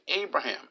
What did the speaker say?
Abraham